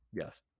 Yes